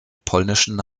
polnischen